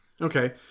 Okay